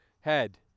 head